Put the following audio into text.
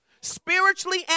Spiritually